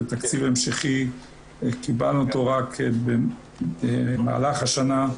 בתקציב המשכי קיבלנו אותו רק במהלך השנה,